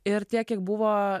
ir tiek kiek buvo